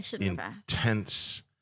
intense